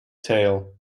tail